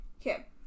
Okay